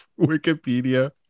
wikipedia